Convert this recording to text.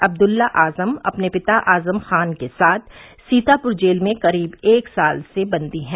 अब्दुल्ला आजम अपने पिता आजम खान के साथ सीतापुर की जेल में करीब एक साल से बंदी हैं